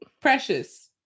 Precious